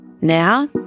Now